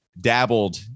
dabbled